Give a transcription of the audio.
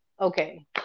Okay